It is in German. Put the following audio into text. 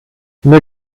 mir